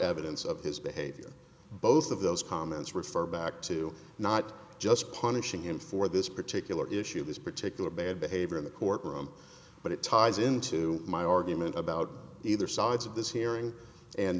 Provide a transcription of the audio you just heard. evidence of his behavior both of those comments refer back to not just punishing him for this particular issue of this particular bad behavior in the court room but it ties into my argument about either sides of this hearing and